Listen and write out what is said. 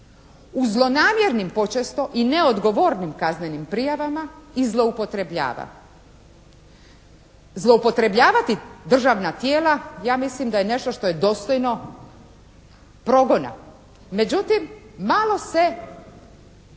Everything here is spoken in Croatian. u zlonamjernim počesto i neodgovornim kaznenim prijavama i zloupotrebljava. Zloupotrebljavati državna tijela ja mislim da je nešto što je dostojno progona, međutim malo se